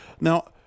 Now